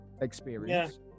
experience